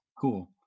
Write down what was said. Cool